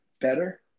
better